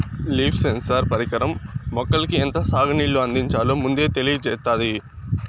leaf sensor పరికరం మొక్కలకు ఎంత సాగు నీళ్ళు అందించాలో ముందే తెలియచేత్తాది